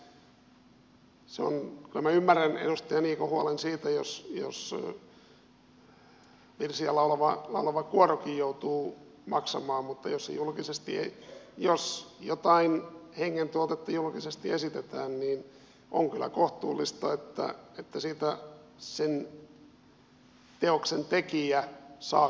kyllä minä ymmärrän edustaja niikon huolen siitä jos virsiä laulava kuorokin joutuu maksamaan mutta jos jotain hengentuotetta julkisesti esitetään niin on kyllä kohtuullista että siitä sen teoksen tekijä saa korvauksen